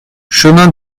chemin